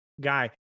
guy